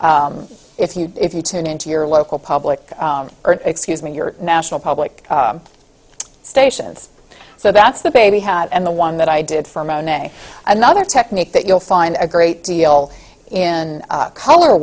if you if you tune in to your local public or excuse me your national public station so that's the baby had and the one that i did for monet another technique that you'll find a great deal in color